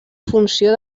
funció